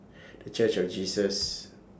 The Church of Jesus